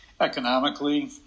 Economically